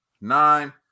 nine